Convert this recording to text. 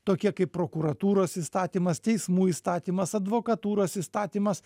tokie kaip prokuratūros įstatymas teismų įstatymas advokatūros įstatymas